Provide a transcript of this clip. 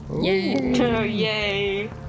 Yay